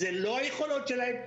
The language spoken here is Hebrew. אלו לא היכולות שלהם,